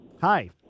Hi